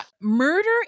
murder